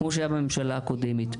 כמו שבממשלה הקודמת,